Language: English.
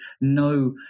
no